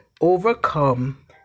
overcome